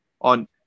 on